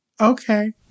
okay